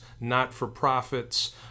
not-for-profits